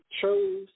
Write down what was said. chose